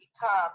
become